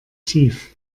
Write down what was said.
tief